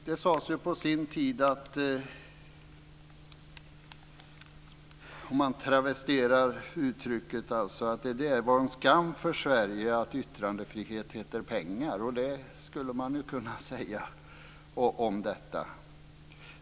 Det sades på sin tid, om man travesterar det uttrycket, att det var en skam för Sverige att yttrandefrihet heter pengar. Det skulle man kunna säga om detta.